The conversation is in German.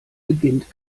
beginnt